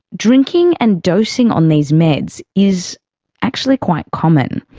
drinking and dosing on these meds is actually quite common.